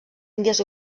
índies